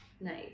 nice